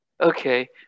Okay